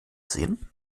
sehen